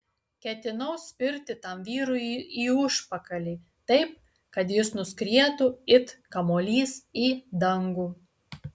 ketinau spirti tam vyrui į užpakalį taip kad jis nuskrietų it kamuolys į dangų